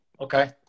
Okay